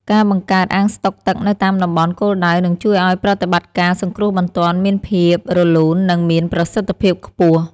ការបង្កើតអាងស្តុកទឹកនៅតាមតំបន់គោលដៅនឹងជួយឱ្យប្រតិបត្តិការសង្គ្រោះបន្ទាន់មានភាពរលូន និងមានប្រសិទ្ធភាពខ្ពស់។